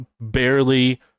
barely